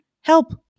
Help